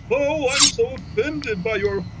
oh, i'm so offended by your